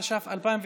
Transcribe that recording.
התש"ף 2020,